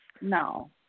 No